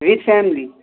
with family